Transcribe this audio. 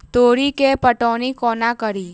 तोरी केँ पटौनी कोना कड़ी?